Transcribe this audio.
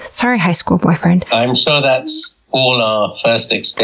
sorry, high school boyfriend! i'm sure that's all our first